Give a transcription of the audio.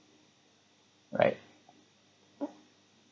right